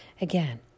Again